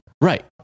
right